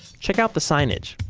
check out the signage,